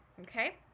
okay